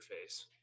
face